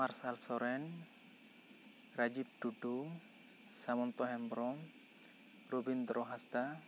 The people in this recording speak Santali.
ᱢᱟᱨᱥᱟᱞ ᱥᱚᱨᱮᱱ ᱨᱟᱹᱡᱤᱵ ᱴᱩᱰᱩ ᱥᱟᱢᱚᱱᱛᱚ ᱦᱮᱢᱵᱨᱚᱢ ᱨᱚᱵᱤᱱᱫᱨᱚ ᱦᱟᱸᱥᱫᱟ